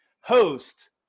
host